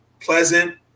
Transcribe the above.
Pleasant